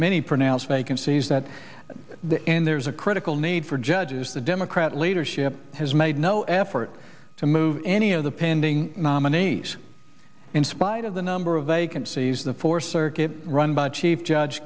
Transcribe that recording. many pronounced vacancies that in there's a critical need for judges the democrat leadership has made no effort to move any of the pending nominees in spite of the number of vacancies the four circuit run by chief judge